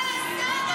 שיגיד את האמת.